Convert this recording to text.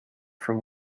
from